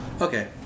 Okay